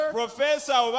professor